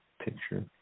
picture